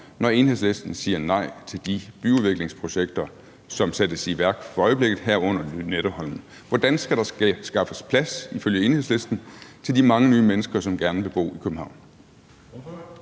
når Enhedslisten siger nej til de byudviklingsprojekter, som sættes i værk for øjeblikket, herunder Lynetteholm? Hvordan skal der ifølge Enhedslisten skaffes plads til de mange nye mennesker, som gerne vil bo i København?